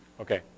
Okay